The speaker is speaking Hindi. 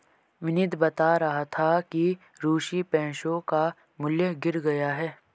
विनीत बता रहा था कि रूसी पैसों का मूल्य गिर गया है